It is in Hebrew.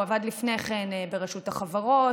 הוא עבד לפני כן ברשות החברות,